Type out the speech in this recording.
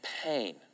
pain